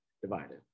divided